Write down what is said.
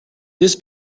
this